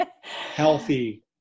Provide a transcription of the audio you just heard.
healthy